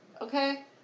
okay